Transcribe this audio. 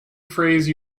phrase